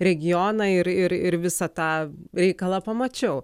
regioną ir ir ir visą tą reikalą pamačiau